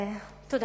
תודה.